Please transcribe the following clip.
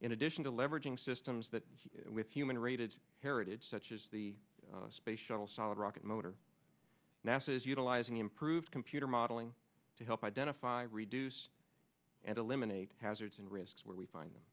in addition to leveraging systems that with human rated heritage such as the space shuttle solid rocket motor masses utilizing improved computer modeling to help identify reduce and eliminate hazards and risks where we find them